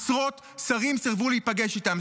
עשרות שרים סירבו להיפגש איתם,